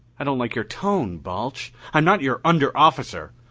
i don't like your tone, balch. i'm not your under-officer!